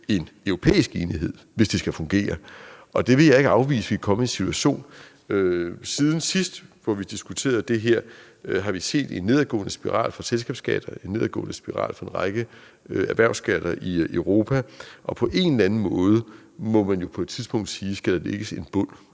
en europæisk enighed, hvis det skal fungere, og jeg vil ikke afvise, at vi kan komme i den situation. Siden vi diskuterede det her sidst, har vi set en nedadgående spiral for selskabsskatten og en nedadgående spiral for en række erhvervsskatter i Europa, og på en eller en måde må man jo på et tidspunkt spørge, om der skal lægges en bund